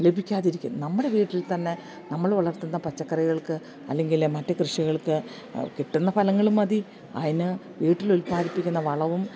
ലഭിക്കാതിരിക്കും നമ്മുടെ വീട്ടിൽ തന്നെ നമ്മള് വളർത്തുന്ന പച്ചക്കറികൾക്ക് അല്ലെങ്കിൽ മറ്റ് കൃഷികൾക്ക് കിട്ടുന്ന ഫലങ്ങള് മതി അതിന് വീട്ടിലുൽപാദിപ്പിക്കുന്ന വളവും